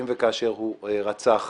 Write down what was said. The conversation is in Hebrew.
אם וכאשר הוא רצח.